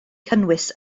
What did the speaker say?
cynnwys